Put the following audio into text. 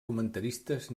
comentaristes